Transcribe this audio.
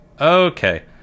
Okay